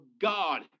God